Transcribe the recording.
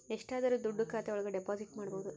ಎಷ್ಟಾದರೂ ದುಡ್ಡು ಖಾತೆ ಒಳಗ ಡೆಪಾಸಿಟ್ ಮಾಡ್ಬೋದು